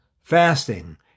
fasting